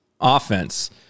offense